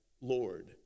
Lord